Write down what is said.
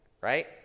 right